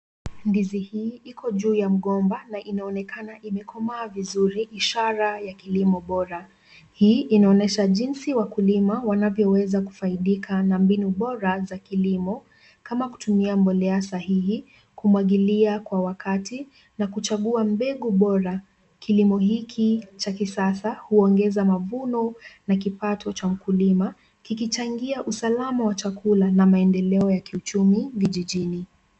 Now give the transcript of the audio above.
Ndizi hii iko juu ya mgomba na inaonekana imekomaa vizuri ishara ya kilimo bora. Hii inaonyesha jinsi wakulima wanavyoweza kufaidika na mbinu bora za kilimo, kama kutumia mbolea sahihi, kumwagilia kwa wakati na kuchagua mbegu bora. Kilimo hiki cha kisasa huongeza mavuno na kipato cha mkulima kikichangia usalama wa chakula na maendeleo ya kiuchumi vijijini.